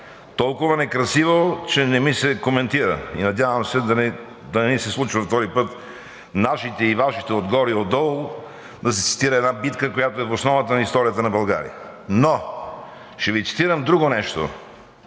Толкова некрасиво, че не ми се коментира. Надявам се да не ни се случва втори път нашите и Вашите отгоре и отдолу да се цитира една битка, която е в основата на историята на България. Ще Ви цитирам друго нещо.